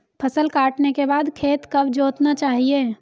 फसल काटने के बाद खेत कब जोतना चाहिये?